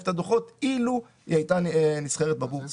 את הדוחות אילו היא היתה נסחרת בבורסה,